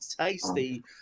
tasty